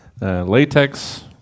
Latex